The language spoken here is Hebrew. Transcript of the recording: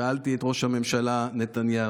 שאלתי את ראש הממשלה נתניהו,